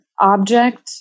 object